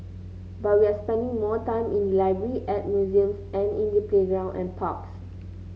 but we are spending more time in the library at museums and in the playgrounds and parks